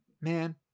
man